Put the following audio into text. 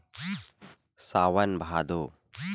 सावन भादो